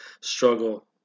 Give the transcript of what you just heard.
struggle